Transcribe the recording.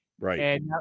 Right